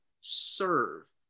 serve